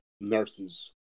nurses